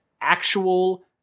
actual